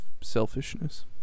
selfishness